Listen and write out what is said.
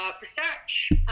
research